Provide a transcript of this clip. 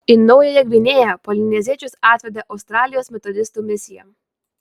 į naująją gvinėją polineziečius atvedė australijos metodistų misija